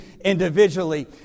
individually